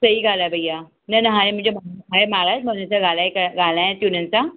सही ॻाल्हि आहे भईया न न हाणे मुंहिंजो आहे महाराजु मां हुननि सां ॻाल्हाए करे ॻाल्हायां थी हुननि सां